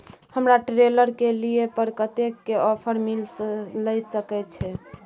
हमरा ट्रेलर के लिए पर कतेक के ऑफर मिलय सके छै?